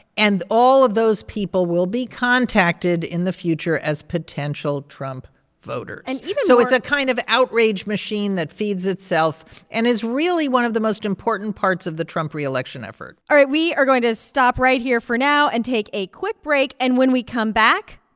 and all of those people will be contacted in the future as potential trump voters and even more. and so it's a kind of outrage machine that feeds itself and is really one of the most important parts of the trump reelection effort all right, we are going to stop right here for now and take a quick break. and when we come back,